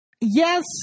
Yes